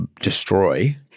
destroy